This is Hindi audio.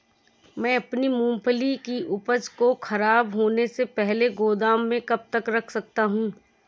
मैं अपनी मूँगफली की उपज को ख़राब होने से पहले गोदाम में कब तक रख सकता हूँ?